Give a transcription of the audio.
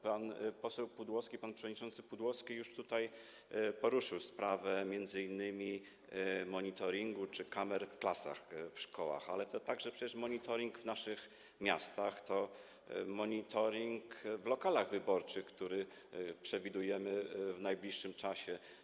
Pan poseł Pudłowski, pan przewodniczący Pudłowski już tutaj poruszył sprawę m.in. monitoringu czy kamer w klasach w szkołach, ale to także przecież monitoring w naszych miastach, to monitoring w lokalach wyborczych, którego wprowadzenie przewidujemy w najbliższym czasie.